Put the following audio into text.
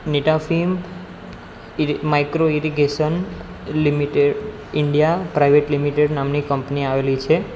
Netafim ઇરી micro irrigation limited India private limited નામની કંપની આવેલી છે